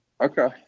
Okay